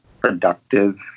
productive